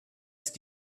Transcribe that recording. ist